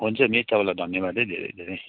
हुन्छ मिस तपाईँलाई धन्यवादै धेरै धेरै